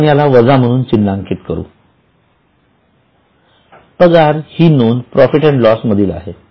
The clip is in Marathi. तर आपण याला वजा म्हणून चिन्हांकित करू पगार ही नोंद प्रॉफिटअँडलॉस मधील आहे